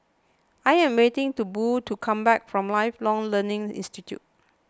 I am waiting for Bo to come back from Lifelong Learning Institute